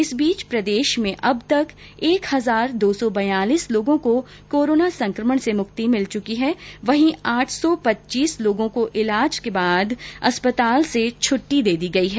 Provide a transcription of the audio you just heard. इस बीच प्रदेश में अब तक एक हजार दो सौ बयालीस लोगों को कोरोना संकमण से मुक्ति मिल चुकी है वहीं आठ सौ पच्चीस लोगों को इलाज के बाद अस्पताल से छ्ट्टी दे दी गयी है